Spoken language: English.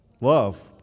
Love